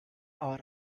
are